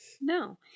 No